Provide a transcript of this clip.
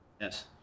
Yes